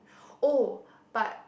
oh but